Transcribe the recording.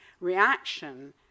reaction